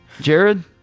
Jared